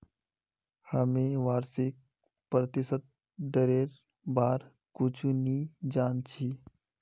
हामी वार्षिक प्रतिशत दरेर बार कुछु नी जान छि